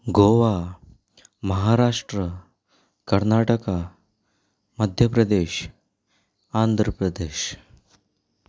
Goa Maharashtra Karnataka Madhya Pradesh Andhra Pradesh